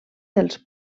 dels